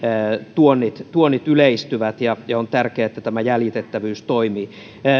tuonnit tuonnit yleistyvät on tärkeää että jäljitettävyys toimii